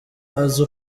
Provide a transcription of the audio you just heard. azi